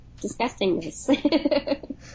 disgustingness